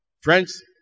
Friends